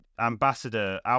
Ambassador